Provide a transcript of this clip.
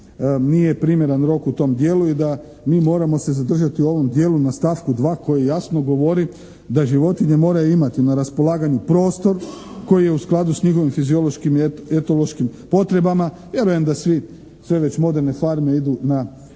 nije primjeran roku u tom dijelu i da mi moramo se zadržati u ovom dijelu na stavku 2. koji jasno govori da životinje moraju imati na raspolaganju prostor koji je u skladu s njihovim fiziološkim i etološkim potrebama. Vjerujem da sve već moderne farme idu na